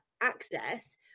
access